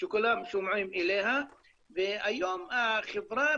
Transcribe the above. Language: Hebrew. שכולם נשמעים אליה והיום החברה,